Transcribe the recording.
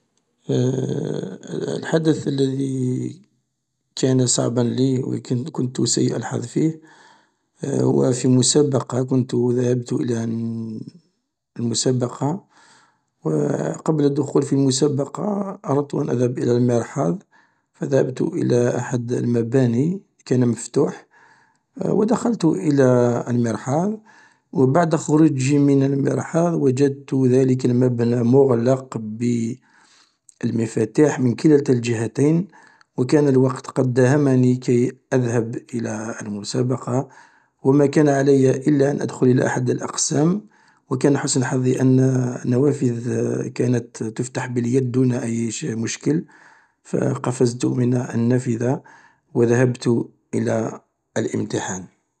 الحدث لي كان صعبا لي و كنت سيء الحظ فيه هو في مسابقة كنت ذهبت الى المسابقة و قبل الدخول في المسابقة أردت ان اذهب الى المرحاض فذهبت إلى أحد المباني كان مفتوح و دخلت الى المرحاض و بعد خروجي من المرحاض وجدت ذلك المبنى مغلق بالمفاتيح من كلتا الجهتين و كان الوقت قد داهمني كي اذهب الى المسابقة و ما كان علي إلا أن ادخل إلى أحد الاقسام و كان حسن حظي أن النوافذ كانت تفتح باليد دون أي مشكل فقفزت من النافذة و ذهبت إلى الإمتحان.